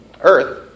earth